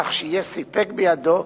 כך שיהיה סיפק בידו,